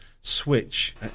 switch